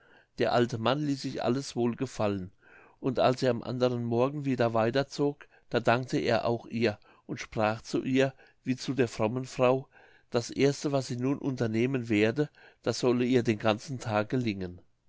der alte mann ließ sich alles wohl gefallen und als er am anderen morgen wieder weiter zog da dankte er auch ihr und sprach zu ihr wie zu der frommen frau das erste was sie nun unternehmen werde das solle ihr den ganzen tag gelingen